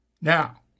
Now